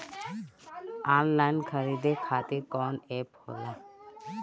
Online खरीदे खातीर कौन एप होला?